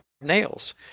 nails